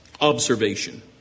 Observation